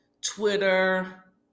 Twitter